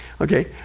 Okay